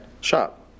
shop